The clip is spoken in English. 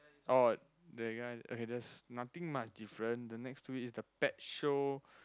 oh that guy okay there's nothing much different the next two is the pet show